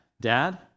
Dad